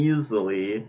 easily